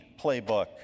playbook